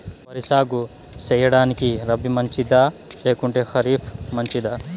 వరి సాగు సేయడానికి రబి మంచిదా లేకుంటే ఖరీఫ్ మంచిదా